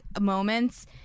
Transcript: moments